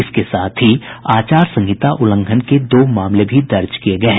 इसके साथ ही आचार संहिता उल्लंघन के दो मामले दर्ज किये गये हैं